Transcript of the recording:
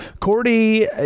Cordy